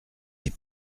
les